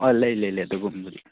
ꯑꯣ ꯂꯩ ꯂꯩ ꯂꯩ ꯑꯗꯨꯒꯨꯝꯕꯗꯤ